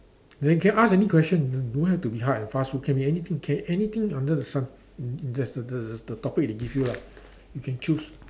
then can ask any question don't don't have to be hard and fast it can be anything can anything under the sun there's the the the topic they give you lah you can choose